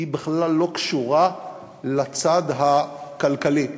היא בכלל לא קשורה לצד הכלכלי.